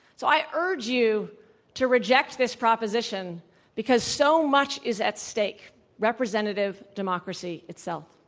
so i urge you to reject this proposition because so much is at stake representative democracy itself.